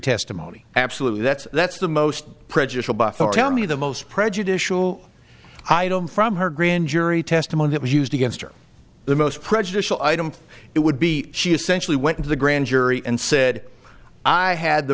testimony absolutely that's that's the most prejudicial buff or tell me the most prejudicial item from her grand jury testimony that was used against her the most prejudicial item it would be she essentially went to the grand jury and said i had the